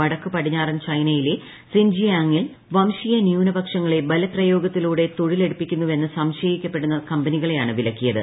വടക്കു പടിഞ്ഞാറൻ ചൈനയിലെ സിൻജിയാങ്ങിൽ വംശീയ ന്യൂനപക്ഷങ്ങളെ ബലപ്രയോഗത്തിലൂടെ തൊഴിലെടുപ്പിക്കുന്നുവെന്ന് സംശയിക്കപ്പെടുന്ന കമ്പനികളെയാണ് വിലക്കിയത്